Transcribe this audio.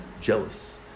jealous